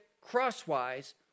crosswise